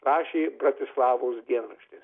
rašė bratislavos dienrašti